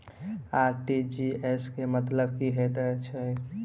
RTGS केँ मतलब की हएत छै?